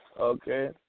Okay